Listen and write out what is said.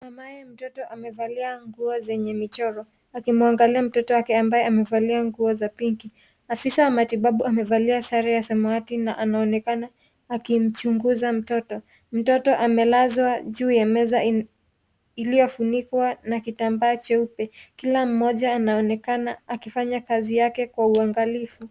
Mamaye mtoto amevalia nguo zenye michoro, akimwangalia mtoto wake ambaye amevalia nguo za pink . Afisa wa matibabu amevalia sare ya samawati na anaonekana akimchunguza mtoto. Mtoto amelazwa juu ya meza iliyofunikwa na kitambaa cheupe, Kila mmoja anaonekana akifanya kazi yake kwa uangalifu.